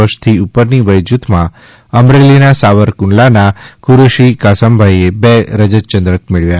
વર્ષથી ઉપરની વયજૂથમાં અમરેલીના સાવરકુંડલાના કુરેશી કાસમભાઇએ બે રજત ચંદ્રક મેળવ્યા